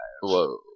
Whoa